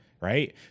right